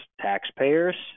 taxpayers